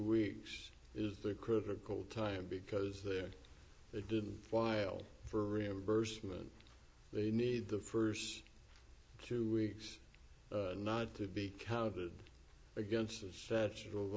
weeks is the critical time because there they didn't file for reimbursement they need the first two weeks not to be counted against the statute of